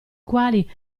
quali